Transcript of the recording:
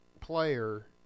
player